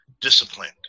disciplined